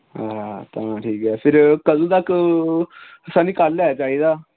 हां ठीक ऐ फिर कदूं तक सानूं कल ऐ चाहिदा